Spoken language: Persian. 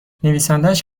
نویسندهاش